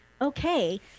okay